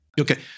Okay